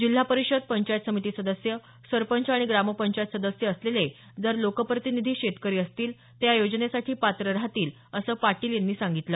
जिल्हा परिषद पंचायत समिती सदस्य सरपंच आणि ग्रामपंचायत सदस्य असलेले जर लोकप्रतिनिधी शेतकरी असतील ते या योजनेसाठी पात्र राहतील असं पाटील यांनी सांगितलं